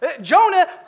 Jonah